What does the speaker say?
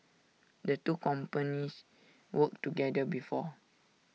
the two companies worked together before